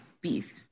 beef